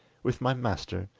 with my master,